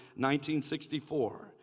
1964